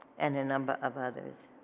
and a number of others.